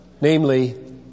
namely